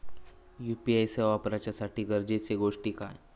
UPI सेवा वापराच्यासाठी गरजेचे गोष्टी काय?